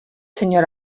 senyor